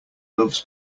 loves